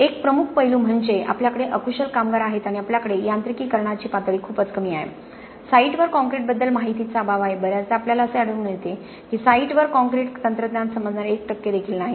एक प्रमुख पैलू म्हणजे आपल्याकडे अकुशल कामगार आहेत आणि आपल्याकडे यांत्रिकीकरणाची पातळी खूप कमी आहे साइटवर कॉंक्रिटबद्दल माहितीचा अभाव आहे बर्याचदा आपल्याला असे आढळून येते की साइटवर कॉंक्रिट तंत्रज्ञान समजणारे 1 टक्के देखील नाहीत